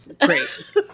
Great